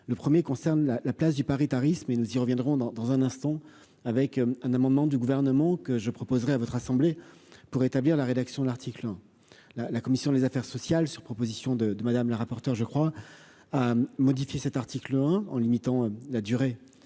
le 1er concerne la la place du paritarisme et nous y reviendrons dans dans un instant avec un amendement du gouvernement que je proposerai à votre assemblée pour établir la rédaction de l'article 1 la la commission des affaires sociales, sur proposition de de madame la rapporteure, je crois, à modifier cet article, hein, en limitant la durée